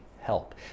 help